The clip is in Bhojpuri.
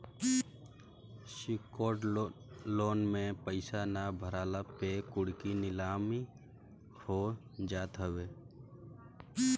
सिक्योर्ड लोन में पईसा ना भरला पे कुड़की नीलामी हो जात हवे